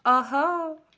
آہا